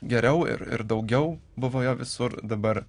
geriau ir ir daugiau buvo jo visur dabar